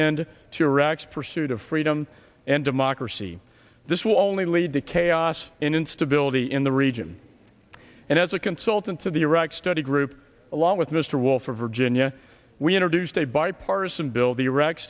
end to rex pursuit of freedom and democracy this will only lead to chaos and instability in the region and as a consultant to the iraq study group along with mr wolf for virginia we introduced a bipartisan bil